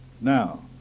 Now